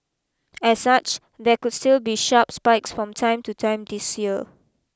as such there could still be sharp spikes from time to time this year